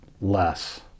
less